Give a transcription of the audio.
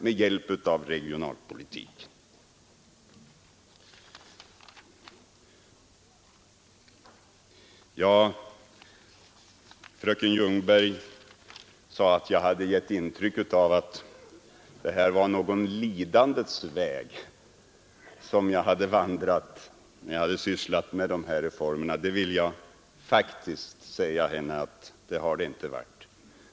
Sedan sade fröken Ljungberg att jag gav intryck av att ha vandrat en lidandets väg, när jag har sysslat med dessa reformer. Det har jag emellertid alls inte gjort.